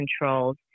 controls